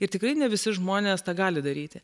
ir tikrai ne visi žmonės tą gali daryti